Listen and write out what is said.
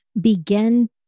begin